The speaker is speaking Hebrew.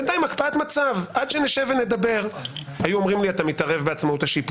ואני מנסה לייצר מערכת שתנטרל